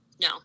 no